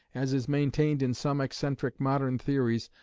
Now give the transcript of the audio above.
as is maintained in some eccentric modern theories,